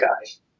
guys